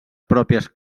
pròpies